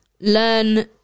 learn